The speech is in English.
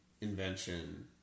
invention